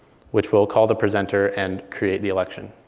which will call the presenter and create the election.